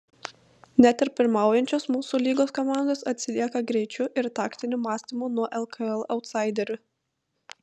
net ir pirmaujančios mūsų lygos komandos atsilieka greičiu ir taktiniu mąstymu nuo lkl autsaiderių